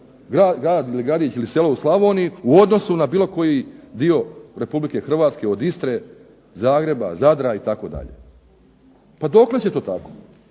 grad ili gradić ili selo u Slavoniji u odnosu na bilo koji dio Republike Hrvatske od Istre, Zagreba, Zadra itd. Pa dokle će to tako?